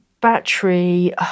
battery